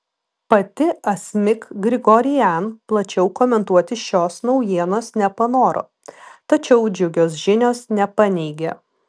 pati asmik grigorian plačiau komentuoti šios naujienos nepanoro tačiau džiugios žinios nepaneigė